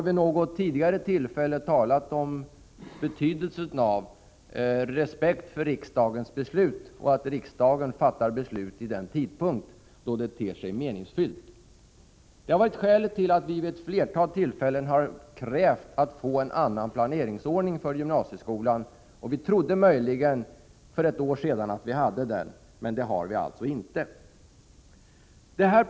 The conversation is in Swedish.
Vid tidigare tillfällen har vi talat om betydelsen av respekt för riksdagens beslut och om att riksdagen skall fatta beslut vid den tidpunkt då det ter sig meningsfullt. Det har varit skälet till att vi vid ett flertal tillfällen har krävt en annan planeringsordning för gymnasieskolan. Vi trodde möjligen för ett år sedan att vi hade uppnått detta, men så var inte fallet.